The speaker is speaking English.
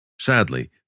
Sadly